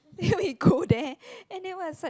then we go there and that what is like